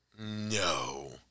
No